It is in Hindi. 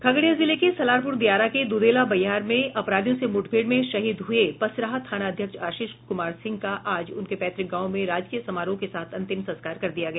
खगड़िया जिले के सलारपुर दियारा के दुधेला बहियार में अपराधियों से मुठभेड़ में शहीद हुए पसराहा थानाध्यक्ष आशीष कुमार सिंह का आज उनके पैतृक गांव में राजकीय समारोह के साथ अंतिम संस्कार कर दिया गया